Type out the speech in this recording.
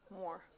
More